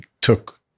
took